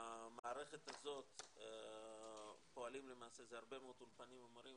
במערכת הזאת זה הרבה מאוד אולפנים ומורים.